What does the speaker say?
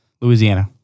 Louisiana